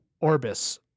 Orbis